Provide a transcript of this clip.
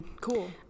cool